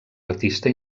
artista